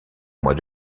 mois